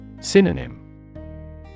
Synonym